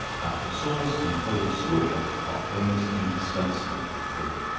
apple sauce and cold slaw are almost indispensable with pig.